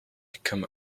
become